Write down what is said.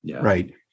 Right